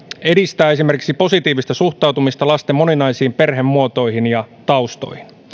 edistää esimerkiksi positiivista suhtautumista lasten moninaisiin perhemuotoihin ja taustoihin